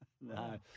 No